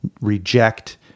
reject